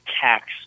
tax